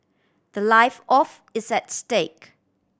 the life of is at stake